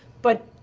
but,